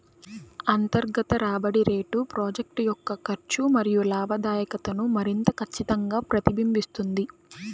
అంతర్గత రాబడి రేటు ప్రాజెక్ట్ యొక్క ఖర్చు మరియు లాభదాయకతను మరింత ఖచ్చితంగా ప్రతిబింబిస్తుంది